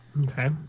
Okay